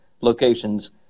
locations